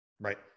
Right